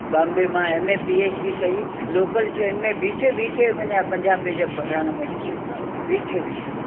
बाम्बे मां M A P H D कई local train में बीठे बीठे मुंहिंजा पंजाह पेज पढ़ण में थी वेंदा हुआ बीठे बीठे